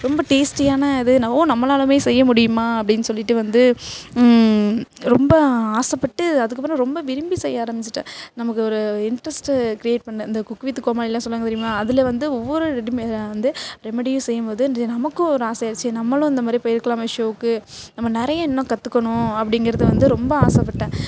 ரொம்ப டேஸ்டியான இது ஓ நம்மளாலேமே செய்ய முடியுமா அப்படின் சொல்லிட்டு வந்து ரொம்ப ஆசைப்பட்டு அதுக்கப்புறம் ரொம்ப விரும்பி செய்ய ஆரம்பிச்சிட்டேன் நமக்கு ஒரு இன்ட்ரஸ்ட்டு கிரியேட் பண்ணேன் இந்த குக் வித் கோமாளிலலாம் சொல்வாங்க தெரியுமா அதில் வந்து ஒவ்வொரு ரெடிமே வந்து ரெமடியும் செய்யும் போது வந்து நமக்கு ஒரு ஆசை ஆயிருச்சு நம்மளும் இந்த மாதிரி போயிருக்கலாம் ஷோக்கு நம்ம நிறைய இன்னும் கற்றுக்கணும் அப்படிங்கிறது வந்து ரொம்ப ஆசைப்பட்டேன்